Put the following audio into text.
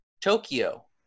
Tokyo